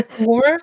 War